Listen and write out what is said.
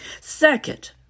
Second